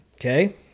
Okay